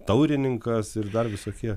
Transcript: taurininkas ir dar visokie